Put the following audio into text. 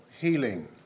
healing